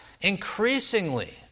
increasingly